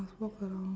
must walk around